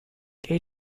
gate